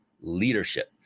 leadership